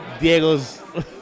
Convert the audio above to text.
Diego's